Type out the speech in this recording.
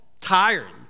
tired